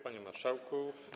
Panie Marszałku!